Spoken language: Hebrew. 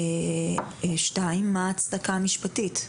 ומה ההצדקה המשפטית לכך?